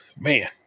man